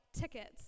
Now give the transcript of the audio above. tickets